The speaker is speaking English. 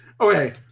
okay